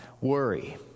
worry